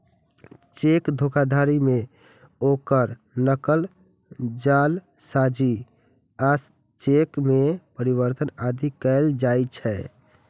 cheque धोखाधड़ी मे ओकर नकल, जालसाजी आ चेक मे परिवर्तन आदि कैल जाइ छै